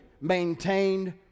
maintained